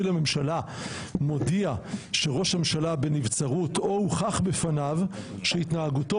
לממשלה מודיע שראש הממשלה בנבצרות או הוכח בפניו שהתנהגותו